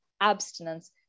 abstinence